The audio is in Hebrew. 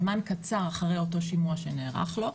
זמן קצר אחרי אותו שימוע שנערך לו,